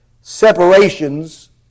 separations